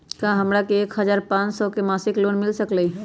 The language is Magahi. का हमरा के एक हजार पाँच सौ के मासिक लोन मिल सकलई ह?